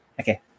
okay